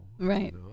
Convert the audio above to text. Right